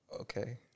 Okay